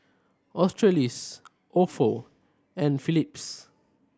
Australis Ofo and Phillips